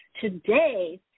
today